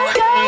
go